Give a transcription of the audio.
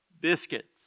biscuits